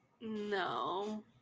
no